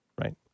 right